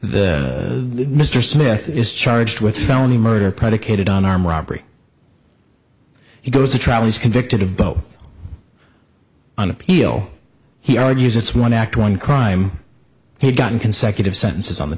the mr smith is charged with felony murder predicated on armed robbery he goes to trial he's convicted of both on appeal he argues it's one act one crime he's gotten consecutive sentences on the